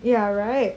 ya right